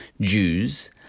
Jews